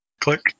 Click